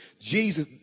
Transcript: Jesus